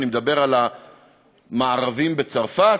אני מדבר על המערביים בצרפת,